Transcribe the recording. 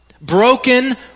Broken